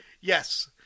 Yes